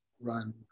run